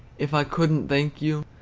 if i could n't thank you,